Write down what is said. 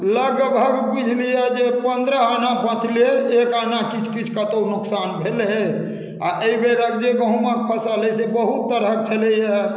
लगभग बुझि लिअ जे पन्द्रह आना बचलै एक आना किछु किछु कतहु नोकसान भेलै आ एहि बेरक जे गहुँमक फसल अइ से बहुत तरहक छलैए